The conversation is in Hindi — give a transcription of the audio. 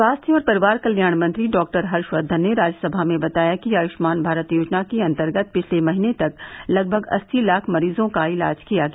स्वास्थ्य और परिवार कल्याण मंत्री डॉक्टर हर्षवर्धन ने राज्यसभा में बताया कि आयुष्मान भारत योजना के अन्तर्गत पिछले महीने तक लगभग अस्सी लाख मरीजों का इलाज किया गया